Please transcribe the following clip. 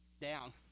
...down